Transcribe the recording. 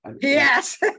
yes